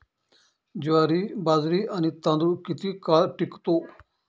ज्वारी, बाजरी आणि तांदूळ किती काळ टिकतो?